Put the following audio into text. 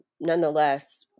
nonetheless